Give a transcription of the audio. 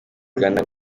ghana